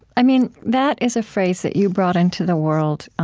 i mean that is a phrase that you brought into the world